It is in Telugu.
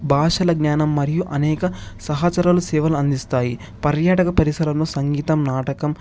భాషల జ్ఞానం మరియు అనేక సహచరలు సేవలు అందిస్తాయి పర్యాటక పరిశీరాలను సంగీతం నాటకం